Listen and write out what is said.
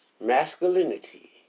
masculinity